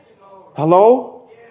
Hello